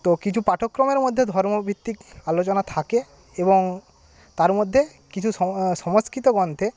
তো কিছু পাঠক্রমের মধ্যে ধর্মভিত্তিক আলোচনা থাকে এবং তার মধ্যে কিছু সংস্কৃত গ্রন্থে